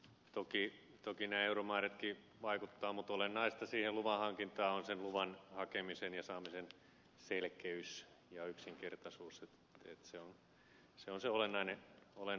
toki nämä euromäärätkin vaikuttavat mutta olennaista siihen luvanhankintaan on sen luvan hakemisen ja saamisen selkeys ja yksinkertaisuus se on se olennainen kysymys